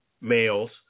males